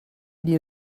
dir